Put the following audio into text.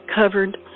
covered